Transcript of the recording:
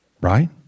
Right